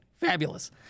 Fabulous